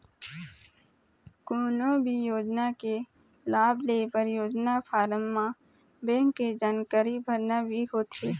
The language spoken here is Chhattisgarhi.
कोनो भी योजना के लाभ लेबर योजना फारम म बेंक के जानकारी भरना भी होथे